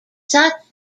such